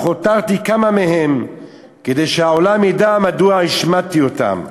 אך הותרתי כמה מהם כדי שהעולם ידע מדוע השמדתי אותם.